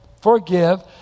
forgive